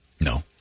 No